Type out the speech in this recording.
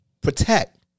Protect